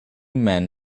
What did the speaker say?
men